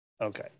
Okay